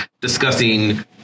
discussing